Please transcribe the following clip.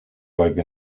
like